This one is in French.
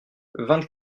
vingt